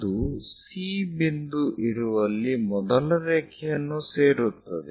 ಅದು C ಬಿಂದು ಇರುವಲ್ಲಿ ಮೊದಲ ರೇಖೆಯನ್ನು ಸೇರುತ್ತದೆ